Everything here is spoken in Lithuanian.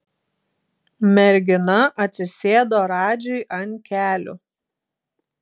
mergina atsisėdo radžiui ant kelių